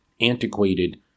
antiquated